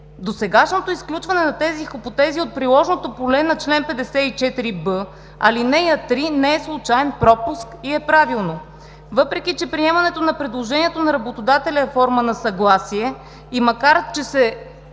Досегашното изключване на тези хипотези от приложното поле на чл. 54б, ал. 3 не е случаен пропуск и е правилно. Въпреки че приемането на предложението на работодателя е форма на съгласие и макар че се